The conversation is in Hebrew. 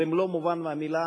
במלוא מובן המלה,